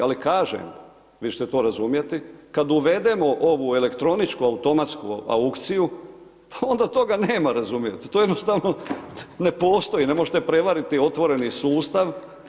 Ali kažem, vi ćete to razumjeti, kada uvedemo ovu elektroničko automatsku aukciju pa onda toga nema, razumijete, to jednostavno ne postoji, ne možete prevariti otvoreni sustav.